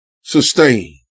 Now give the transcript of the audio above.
sustain